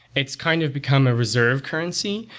it's kind of become a reserved currency.